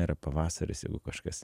yra pavasaris jeigu kažkas